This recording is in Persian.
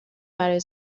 برای